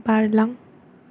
बारलां